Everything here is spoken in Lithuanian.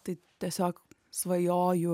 tai tiesiog svajoju